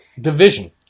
division